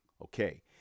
Okay